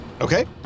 Okay